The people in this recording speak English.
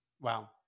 Wow